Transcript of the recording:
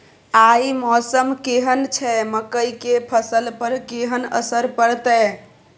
आय मौसम केहन छै मकई के फसल पर केहन असर परतै?